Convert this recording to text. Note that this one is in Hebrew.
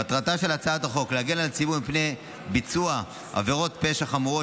מטרתה של הצעת החוק היא להגן על הציבור מפני ביצוע עבירות פשע חמורות